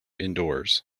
indoors